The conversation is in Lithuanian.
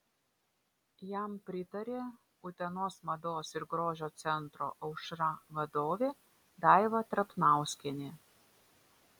jam pritarė utenos mados ir grožio centro aušra vadovė daiva trapnauskienė